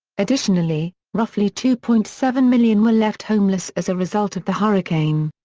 additionally, roughly two point seven million were left homeless as a result of the hurricane.